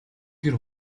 хэр